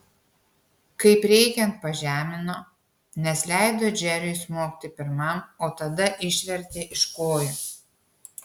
kaip reikiant pažemino nes leido džeriui smogti pirmam o tada išvertė iš kojų